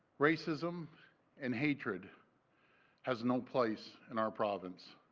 racism and hatred has no place in our province.